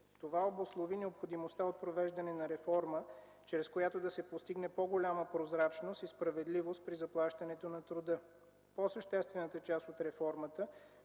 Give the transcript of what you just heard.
Това обуслови необходимостта от провеждане на реформа, чрез която да се постигне по-голяма прозрачност и справедливост при заплащането на труда. По-съществената част от реформата